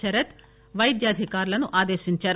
శరత్ వైద్య అధికారులను ఆదేశించారు